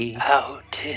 Out